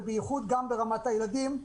ובייחוד ברמת הילדים,